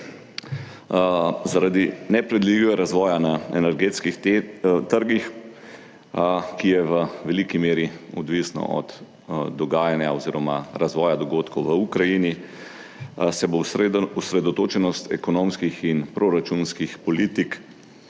Zaradi nepredvidljivega razvoja na energetskih trgih, kar je v veliki meri odvisno od dogajanja oziroma razvoja dogodkov v Ukrajini, se bo osredotočenost ekonomskih in proračunskih politik